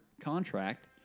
contract